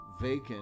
vacant